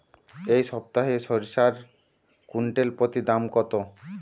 এই সপ্তাহে সরিষার কুইন্টাল প্রতি দাম কত?